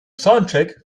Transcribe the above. soundcheck